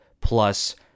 plus